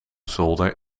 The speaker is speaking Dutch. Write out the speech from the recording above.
zolder